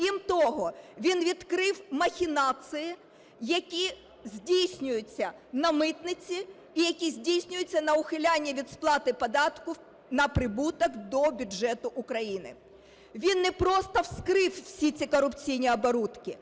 Крім того, він відкрив махінації, які здійснюються на митниці і які здійснюються на ухиляння від сплати податку на прибуток до бюджету України. Він не просто вскрив всі ці корупційні оборудки,